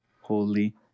Holy